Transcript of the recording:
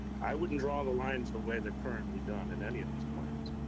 i wouldn't draw the lines the way they're currently done in any of these plans.